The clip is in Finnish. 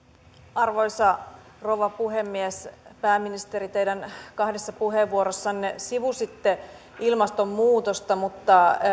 arvoisa rouva puhemies pääministeri teidän kahdessa puheenvuorossanne sivusitte ilmastonmuutosta mutta